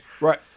Right